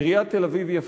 עיריית תל-אביב-יפו,